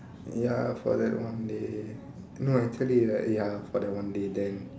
ya for that one day no actually right ya for that one day then